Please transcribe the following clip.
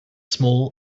small